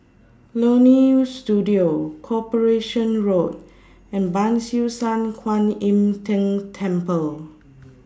Leonie Studio Corporation Road and Ban Siew San Kuan Im Tng Temple